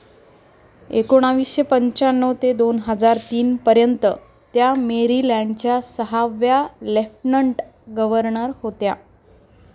एकोणाविसशे पंच्याण्णव ते दोन हजार तीनपर्यंत त्या मेरीलँडच्या सहाव्या लेफ्टनंट गव्हर्नर होत्या